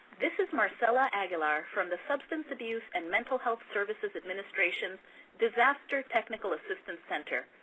this is marcela aguilar from the substance abuse and mental health services administration's disaster technical assistance center,